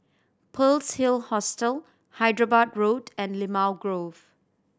Pearl's Hill Hostel Hyderabad Road and Limau Grove